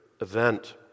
event